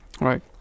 Right